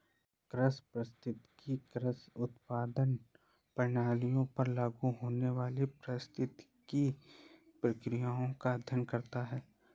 कृषि पारिस्थितिकी कृषि उत्पादन प्रणालियों पर लागू होने वाली पारिस्थितिक प्रक्रियाओं का अध्ययन करता है